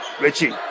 Richie